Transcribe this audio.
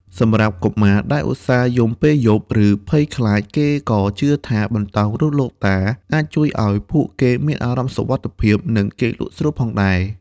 សម្រាប់កុមារដែលឧស្សាហ៍យំពេលយប់ ឬភ័យខ្លាច គេក៏ជឿថាបន្តោងរូបលោកតាអាចជួយឱ្យពួកគេមានអារម្មណ៍សុវត្ថិភាព និងគេងលក់ស្រួលផងដែរ។